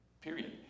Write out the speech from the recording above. Period